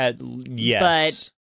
Yes